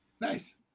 nice